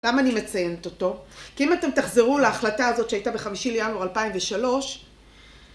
למה אני מציינת אותו? כי אם אתם תחזרו להחלטה הזאת שהייתה בחמישי לינואר 2003